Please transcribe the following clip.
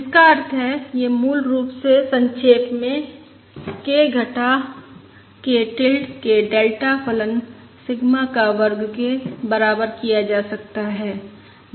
जिसका अर्थ है यह मूल रूप से संक्षेप में k घटा k टिल्ड के डेल्टा फलन सिग्मा का वर्ग के बराबर किया जा सकता है